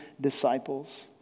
disciples